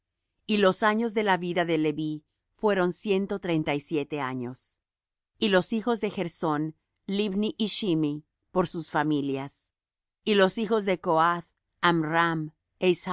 y los años de la vida de leví fueron ciento treinta y siete años y los hijos de gersón libni y shimi por sus familias y los hijos de coath amram